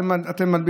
משפט אחרון.